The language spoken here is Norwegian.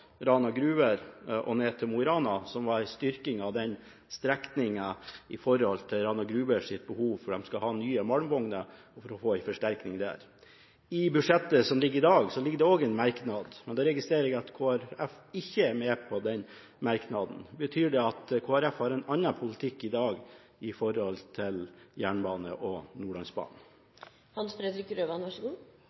Rana Gruber ned til Mo i Rana – en styrking som følge av Rana Grubers behov, for de skal ha nye malmvogner – for å få en forsterkning der. I innstillingen til budsjettet som ligger her i dag, er det også en merknad, men jeg registrerer at Kristelig Folkeparti ikke er med på den. Betyr det at Kristelig Folkeparti har en annen politikk i dag når det gjelder jernbane og